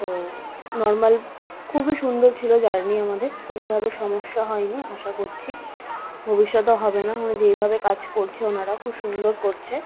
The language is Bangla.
তো নরমাল খুবই সুন্দর ছিলো জার্নি আমাদের কোনোভাবে সমস্যা হয় নি আশা করছি ভবিষ্যতেও হবে না ওরা যেইভাবে কাজ করছে ওনারা খুব সুন্দর করছে